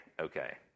okay